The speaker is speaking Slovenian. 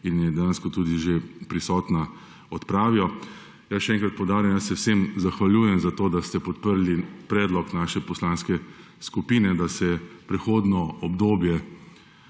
in je dejansko tudi že prisotna, odpravijo. Jaz še enkrat poudarjam, da se vsem zahvaljujem za to, da ste podprli predlog naše poslanske skupine, da se prehodno obdobje